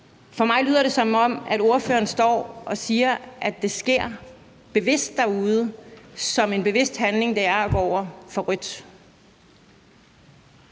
For mig lyder det, som om ordføreren står og siger, at det sker bevidst derude, som en bevidst handling, som det er at gå over for rødt.